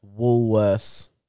Woolworths